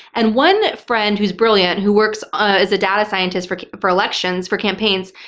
and one friend who's brilliant, who works ah as a data scientist for for elections, for campaigns,